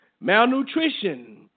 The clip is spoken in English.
malnutrition